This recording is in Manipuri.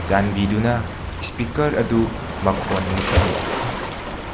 ꯆꯥꯟꯕꯤꯗꯨꯅ ꯁ꯭ꯄꯤꯛꯔ ꯑꯗꯨ ꯃꯈꯣꯟ ꯃꯨꯠꯊꯠꯂꯨ